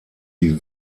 die